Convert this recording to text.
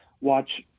watch